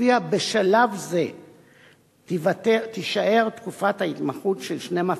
ולפיה בשלב זה תישאר תקופת ההתמחות של 12 חודש,